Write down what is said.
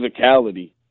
physicality